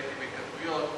ראיתי בהתכתבויות,